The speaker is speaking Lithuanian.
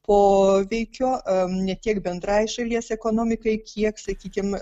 poveikio ne tiek bendrai šalies ekonomikai kiek sakykim